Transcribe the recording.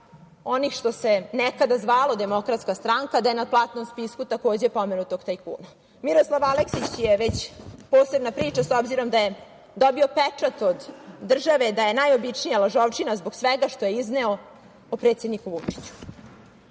onih što se nekada zvalo Demokratska stranka, da je na platnom spisku, takođe pomenutog tajkuna. Miroslav Aleksić je već posebna priča s obzirom da je dobio pečat od države da je najobičnija lažovčina zbog svega što je izneo o predsedniku